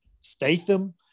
Statham